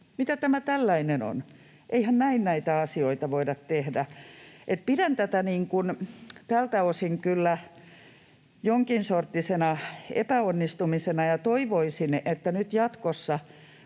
Mitä tämä tällainen on? Eihän näin näitä asioita voida tehdä. Pidän tätä tältä osin kyllä jonkin sorttisena epäonnistumisena ja toivoisin, että nyt jatkossa,